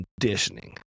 conditioning